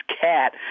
Cat